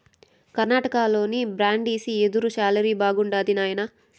కర్ణాటకలోని బ్రాండిసి యెదురు శాలకి బాగుండాది నాయనా